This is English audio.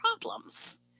problems